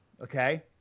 okay